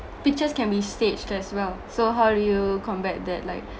pictures can be staged as well so how do you compare that like